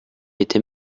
était